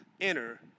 enter